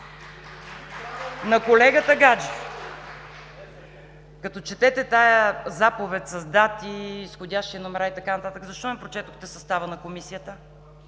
На колегата Гаджев – като четете тази заповед с дати, изходящи номера и така нататък, защо не прочетохте състава на Комисията?